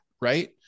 right